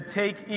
take